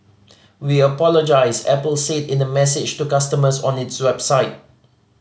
we apologise Apple said in a message to customers on its website